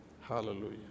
Hallelujah